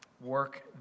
work